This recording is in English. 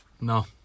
no